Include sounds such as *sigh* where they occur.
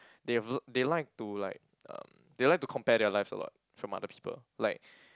they *noise* they like to like um they like to compare their lives a lot from other people like